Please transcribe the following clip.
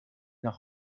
nach